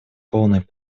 полной